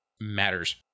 matters